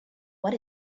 what